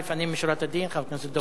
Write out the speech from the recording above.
לפנים משורת הדין, חבר הכנסת דב חנין.